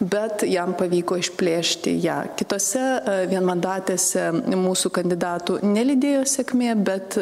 bet jam pavyko išplėšti ją kitose vienmandatėse mūsų kandidatų nelydėjo sėkmė bet